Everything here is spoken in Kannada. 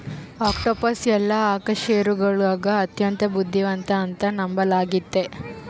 ಆಕ್ಟೋಪಸ್ ಎಲ್ಲಾ ಅಕಶೇರುಕಗುಳಗ ಅತ್ಯಂತ ಬುದ್ಧಿವಂತ ಅಂತ ನಂಬಲಾಗಿತೆ